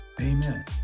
Amen